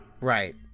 right